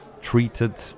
treated